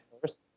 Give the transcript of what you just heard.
first